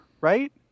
right